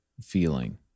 feeling